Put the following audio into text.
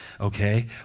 Okay